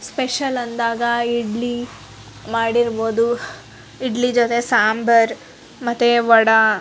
special ಅಂದಾಗ ಇಡ್ಲಿ ಮಾಡಿರ್ಬೋದು ಇಡ್ಲಿ ಜೊತೆ ಸಾಂಬರು ಮತ್ತು ವಡೆ